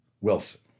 Wilson